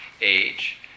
Age